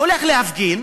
הולך להפגין,